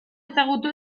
ezagutu